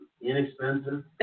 Inexpensive